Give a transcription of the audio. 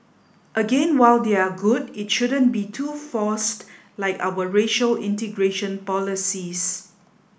again while they are good it shouldn't be too forced like our racial integration policies